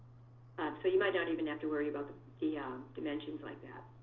um so you might not even have to worry about the dimensions like that.